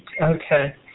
Okay